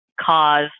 cause